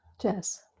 Jess